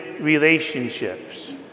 relationships